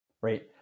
right